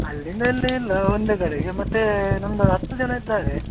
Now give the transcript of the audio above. ಅಲ್ಲಿಂದ ಎಲ್ಲಿ ಇಲ್ಲ ಒಂದೇ ಕಡೆಗೆ ಮತ್ತು ನಮ್ಮದು ಹತ್ತು ಜನ ಇದ್ದಾರೆ